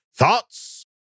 Thoughts